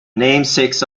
namesake